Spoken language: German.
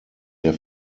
der